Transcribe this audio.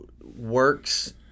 works